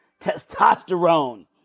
testosterone